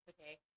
Okay